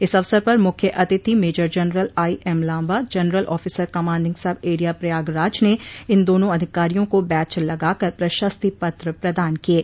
इस अवसर पर मुख्य अतिथि major general IM Lamba general officer commanding sub area Prayagraj ने इन दोना अधिकारियों को बैच लगाकर प्रशस्ति पत्र प्रदान किये